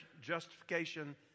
justification